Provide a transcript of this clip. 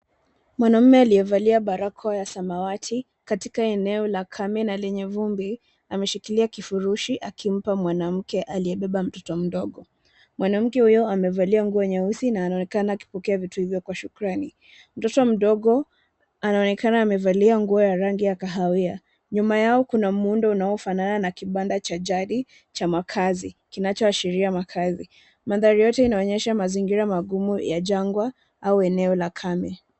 Mwanaume aliyevalia barakoa ya samawati katika eneo la kame na lenye vumbi, ameshikilia kifurushi akimpa mwanamke aliyebeba mtoto mdogo. Mwanamke huyo amevalia nguo nyeusi na anaonekana akipokea vitu hivyo kwa shukrani. Mtoto mdogo anaonekana amevalia nguo ya rangi ya kahawia. Nyuma yao kuna muundo unaofanana na kibanda cha jadi cha makazi kinachoashiria makazi. Mandhari yote yanaonyesha mazingira magumu ya jangwa au eneo la kame.